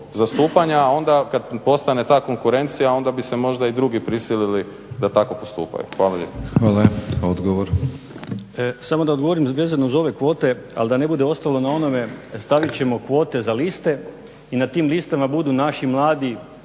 zastupanja. A onda kad postane ta konkurencija onda bi se možda i drugi prisilili da tako postupaju. Hvala lijepo. **Batinić, Milorad (HNS)** Hvala. Odgovor. **Prelec, Alen (SDP)** Samo da odgovorim vezano uz ove kvote, ali da ne bude ostalo na onome stavit ćemo kvote za liste i na tim listama budu naši mladi